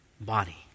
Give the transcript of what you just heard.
body